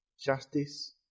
justice